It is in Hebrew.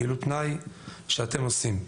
פעילות פנאי שאתם עושים,